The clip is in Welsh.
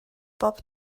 bob